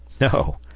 No